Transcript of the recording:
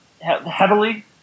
heavily